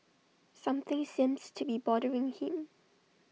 something seems to be bothering him